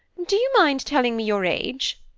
do you mind telling me your age?